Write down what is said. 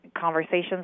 conversations